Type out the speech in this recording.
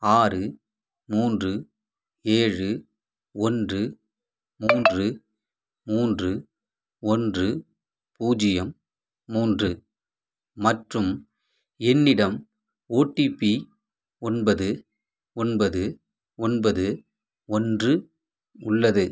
ஆறு மூன்று ஏழு ஒன்று மூன்று மூன்று ஒன்று பூஜ்ஜியம் மூன்று மற்றும் என்னிடம் ஓடிபி ஒன்பது ஒன்பது ஒன்பது ஒன்று உள்ளது